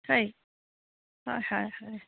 হয় হয় হয় হয়